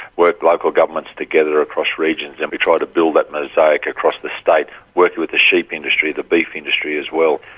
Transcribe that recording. work local governments together across regions, and we try to build that mosaic across the state, working with the sheep industry, the beef industry as well.